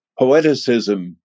poeticism